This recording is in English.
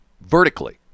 vertically